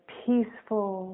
peaceful